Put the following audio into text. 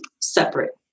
separate